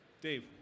Dave